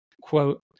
quote